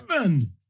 man